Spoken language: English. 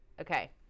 okay